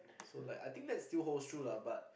so like I think that's still holds true lah but